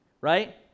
right